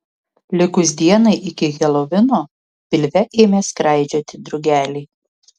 likus dienai iki helovino pilve ėmė skraidžioti drugeliai